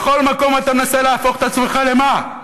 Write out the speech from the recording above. בכל מקום אתה מנסה להפוך את עצמך, לְמה?